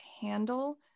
handle